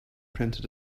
printed